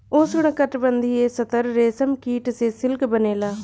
उष्णकटिबंधीय तसर रेशम कीट से सिल्क बनेला